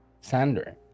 Sander